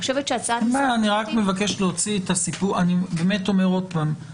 אני חושבת שההצעה --- אני אומר עוד פעם,